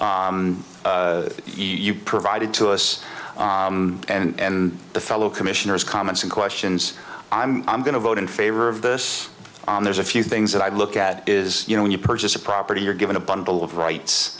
you provided to us and the fellow commissioners comments and questions i'm going to vote in favor of this there's a few things that i look at is you know when you purchase a property you're given a bundle of rights